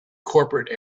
corporate